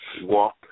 Walk